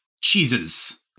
cheeses